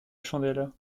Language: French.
chandelle